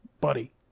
Buddy